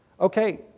Okay